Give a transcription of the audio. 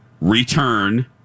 Return